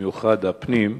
במיוחד הפנים,